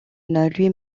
lui